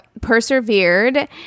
persevered